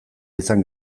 izan